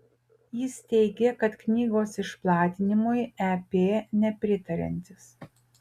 jis teigė knygos išplatinimui ep nepritariantis